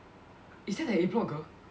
is that the A block girl